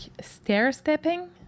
stair-stepping